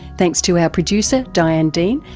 thanks to our producer diane dean,